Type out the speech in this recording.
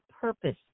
purpose